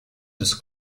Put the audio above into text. des